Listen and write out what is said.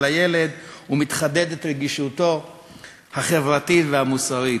הילד ומתחדדת רגישותו החברתית והמוסרית.